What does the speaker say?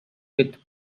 with